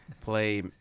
play